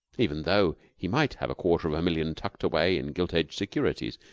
even tho he might have a quarter of a million tucked away in gilt-edged securities.